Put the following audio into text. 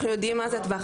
אנחנו יודעים מה זה טווח,